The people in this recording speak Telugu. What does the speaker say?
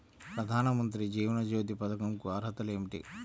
ప్రధాన మంత్రి జీవన జ్యోతి పథకంకు అర్హతలు ఏమిటి?